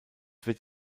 wird